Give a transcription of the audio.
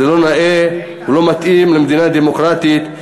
זה לא נאה ולא מתאים למדינה דמוקרטית.